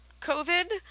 COVID